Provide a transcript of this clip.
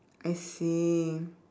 I see